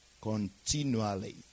continually